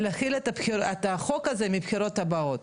להחיל את החוק הזה מהבחירות הבאות.